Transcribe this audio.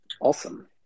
Awesome